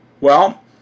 Well